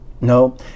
No